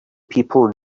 people